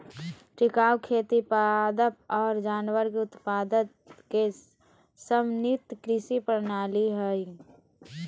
टिकाऊ खेती पादप और जानवर के उत्पादन के समन्वित कृषि प्रणाली हइ